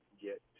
get